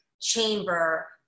chamber